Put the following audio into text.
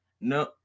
no